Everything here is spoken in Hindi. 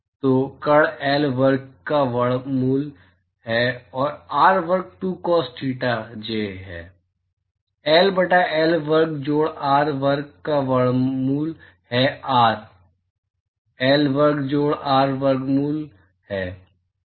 तो कर्ण L वर्ग का वर्गमूल है और r वर्ग 2 cos थीटा j L बटा L वर्ग जोड़ r वर्ग का वर्गमूल है और R L वर्ग जोड़ r वर्ग का वर्गमूल है